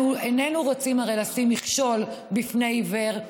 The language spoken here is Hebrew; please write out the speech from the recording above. הרי אנו איננו רוצים לשים מכשול בפני עיוור,